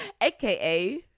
aka